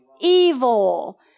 Evil